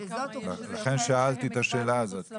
לכן שאלתי את השאלה הזאת.